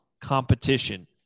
competition